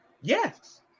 Yes